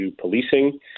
policing